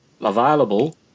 available